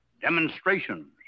demonstrations